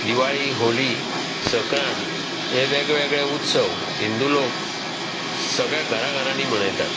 दिवाळी होळी संक्रांत हे वेगवेगळे उत्सव हिंदू लोक सगळ्या घराघरांनी मनयतात